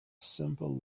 simple